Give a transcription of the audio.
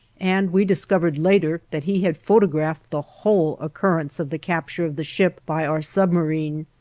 and we discovered later that he had photographed the whole occurrence of the capture of the ship by our submarine.